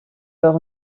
leur